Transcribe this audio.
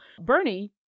Bernie